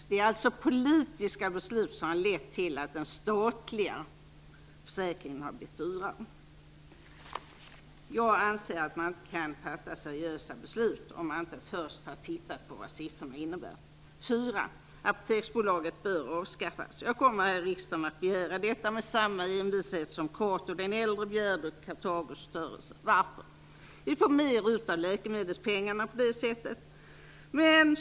Det är alltså politiska beslut som har lett till att den statliga försäkringen har blivit dyrare. Jag anser att man inte kan fatta seriösa beslut om man inte först har tittat på vad siffrorna innebär. 4. Apoteksbolaget bör avskaffas. Jag kommer här i riksdagen att begära detta, med samma envishet som Cato den äldre begärde Kartagos förstörelse. Varför? Jo, vi får mer ut av läkemedelspengarna på det sättet.